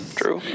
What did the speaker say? true